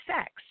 sex